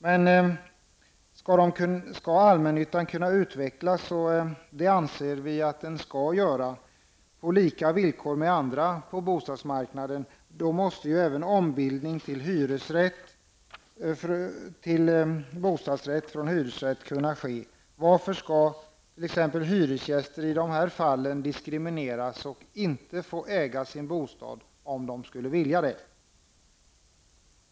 Men skall den kunna utvecklas, och det anser vi den skall göra på lika villkor med andra på bostadsmarknaden, måste även ombildning från hyresrätt till bostadsrätt kunna ske. Varför skall hyresgäster i dessa fall diskrimineras och inte få äga sin bostad, om de vill det?